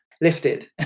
lifted